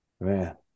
man